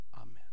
Amen